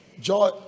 joy